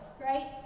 right